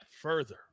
further